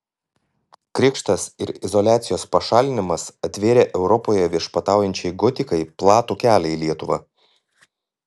krikštas ir izoliacijos pašalinimas atvėrė europoje viešpataujančiai gotikai platų kelią į lietuvą